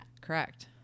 correct